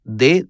de